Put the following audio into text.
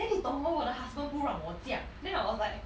then 你懂 hor 我的 husband 不让我驾 then I was like